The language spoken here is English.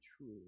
true